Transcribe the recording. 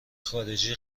خارجی